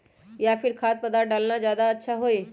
या फिर खाद्य पदार्थ डालना ज्यादा अच्छा होई?